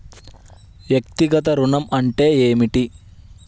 వ్యక్తిగత ఋణం అంటే ఏమిటి?